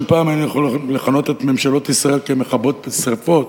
אם פעם היינו יכולים לכנות את ממשלות ישראל "מכבות שרפות",